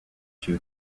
two